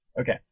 Okay